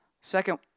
Second